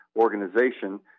organization